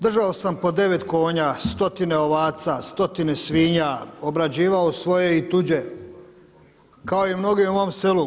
Držao sam po 9 konja, stotine ovaca, stotine svinja, obrađivao svoje i tuđe kao i mnogi u mom selu.